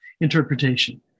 interpretation